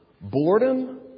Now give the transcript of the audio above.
boredom